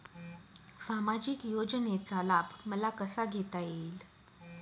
सामाजिक योजनेचा लाभ मला कसा घेता येईल?